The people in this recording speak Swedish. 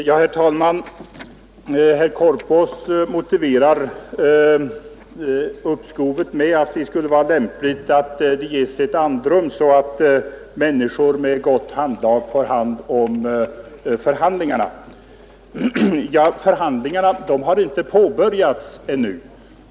Herr talman! Herr Korpås motiverar uppskovet med att det skulle vara lämpligt med ett andrum så att människor med gott handlag får sköta förhandlingarna. Men förhandlingarna har inte påbörjats ännu.